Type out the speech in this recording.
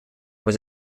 was